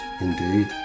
indeed